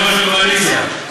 יושב-ראש הקואליציה,